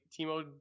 timo